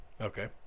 Okay